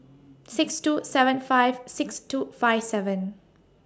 six two seven five six two five seven